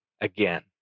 again